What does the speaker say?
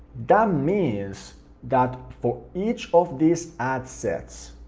that means that for each of these ad sets,